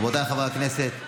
רבותיי חברי הכנסת,